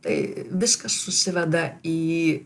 tai viskas susiveda į